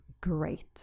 great